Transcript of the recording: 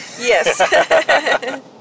Yes